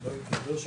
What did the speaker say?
אבל זה